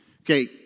Okay